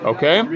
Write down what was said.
Okay